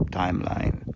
timeline